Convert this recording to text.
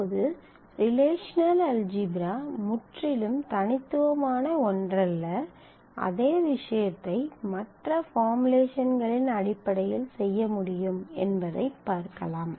இப்போது relational algebra முற்றிலும் தனித்துவமான ஒன்றல்ல அதே விஷயத்தை மற்ற பார்முலேசன்களின் அடிப்படையில் செய்ய முடியும் என்பதைப் பார்க்கலாம்